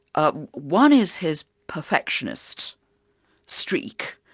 ah one is his perfectionist streak,